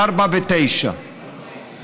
4 קילומטרים ו-9 קילומטרים.